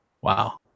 Wow